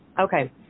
Okay